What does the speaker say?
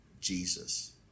jesus